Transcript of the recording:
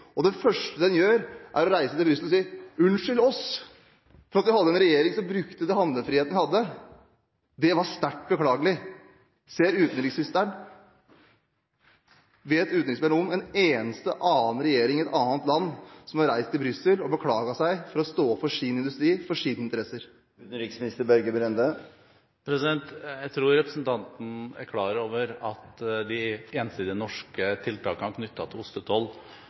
og det første den gjør, er å reise til Brussel for å si: Unnskyld oss for at vi hadde en regjering som brukte den handlefriheten vi hadde – det var sterkt beklagelig! Vet utenriksministeren om en eneste annen regjering i et annet land som har reist til Brussel og beklaget seg for å ha stått opp for sin industri, for sine interesser? Jeg tror representanten Slagsvold Vedum er klar over at de ensidige norske tiltakene knyttet til ostetoll